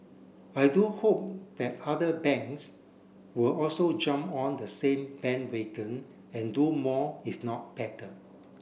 I do hope that other banks will also jump on the same bandwagon and do more if not better